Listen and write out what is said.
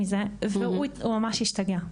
והוא ממש ממש השתגע,